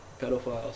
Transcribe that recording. Pedophiles